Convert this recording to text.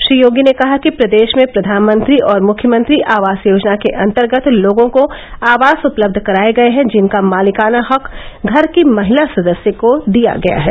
श्री योगी ने कहा कि प्रदेश में प्रघानमंत्री और मृख्यमंत्री आवास योजना के अन्तर्गत लोगों को आवास उपलब्ध कराये गये हैं जिनका मालिकाना हक घर की महिला सदस्य को दिया गया है